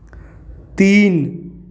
तीन